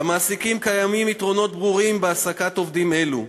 למעסיקים קיימים יתרונות ברורים בהעסקת עובדים אלו: